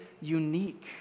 unique